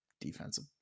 defensive